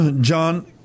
John